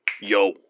Yo